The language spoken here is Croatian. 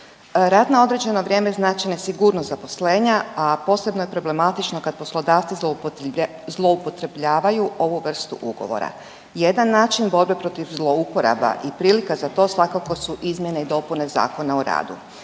rad na određeno vrijeme znači nesigurnost zaposlenja, a posebno je problematično kad poslodavci zloupotrebljavaju ovu vrstu ugovora. Jedan način borbe protiv zlouporaba i prilika za to svakako su izmjene i dopune Zakona o radu.